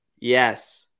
yes